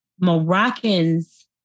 Moroccans